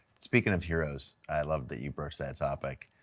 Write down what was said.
speaking of heroes, i love that you broached that topic.